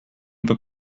peux